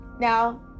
Now